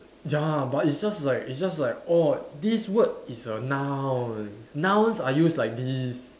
ya but it's just like it's just like oh this word is a noun nouns are used like this